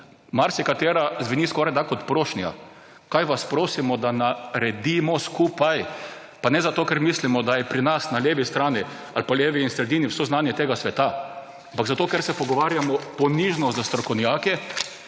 marsikatera zveni skorajda kot prošnja. Kaj vas prosimo? Da naredimo skupaj! Pa ne zato, ker mislimo, da je pri nas, na levi strani ali pa levi in sredini, vse znanje tega sveta, ampak zato, ker se pogovarjamo ponižno s strokovnjaki